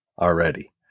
already